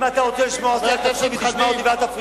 אם אתה רוצה לשמוע אותי, אז תקשיב ותשמע